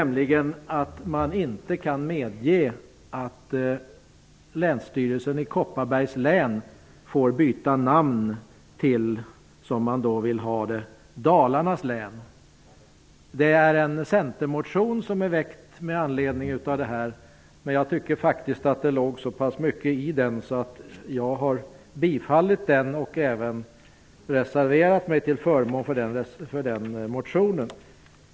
Man kan inte medge att länsstyrelsen i Kopparbergs län får byta namn till, som föreslaget, Dalarnas län. En centermotion är väckt om detta, och jag tyckte det låg så mycket i den att jag har yrkat bifall till den och även reserverat mig till förmån för motionen.